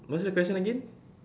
what's the question again